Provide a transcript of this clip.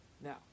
Now